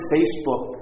Facebook